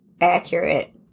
Accurate